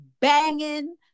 banging